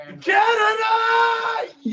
Canada